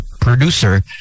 producer